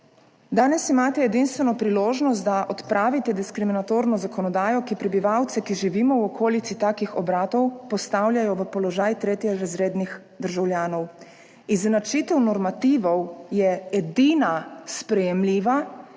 Danes imate edinstveno priložnost, da odpravite diskriminatorno zakonodajo, ki prebivalce, ki živimo v okolici takih obratov, postavljajo v položaj tretjerazrednih državljanov. Izenačitev normativov je edina sprejemljiva